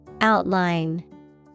Outline